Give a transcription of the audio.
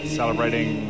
celebrating